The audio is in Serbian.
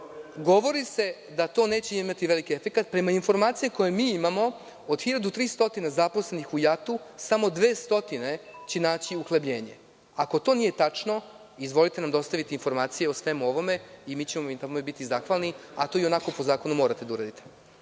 Govori se da to neće imati veliki efekat. Prema informacijama koje mi imamo, od 1.300 zaposlenih u JAT, samo 200 će naći uhlebljenje. Ako to nije tačno, izvolite i dostavite nam informacije o svemu ovome i mi ćemo vam na tome biti zahvalni. To i onako po zakonu morate da uradite.